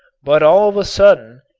but all of a sudden,